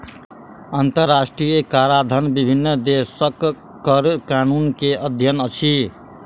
अंतरराष्ट्रीय कराधन विभिन्न देशक कर कानून के अध्ययन अछि